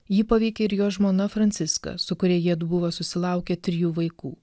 jį paveikė ir jo žmona franciska su kuria jiedu buvo susilaukę trijų vaikų